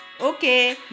Okay